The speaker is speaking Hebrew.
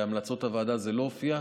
בהמלצות הוועדה זה לא הופיע.